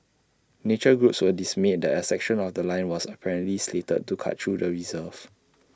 nature groups were dismayed that A section of The Line was apparently slated to cut through the reserve